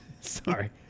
Sorry